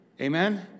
amen